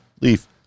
Leaf